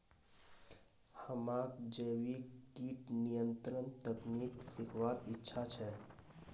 हमाक जैविक कीट नियंत्रण तकनीक सीखवार इच्छा छ